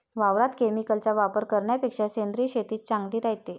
वावरात केमिकलचा वापर करन्यापेक्षा सेंद्रिय शेतीच चांगली रायते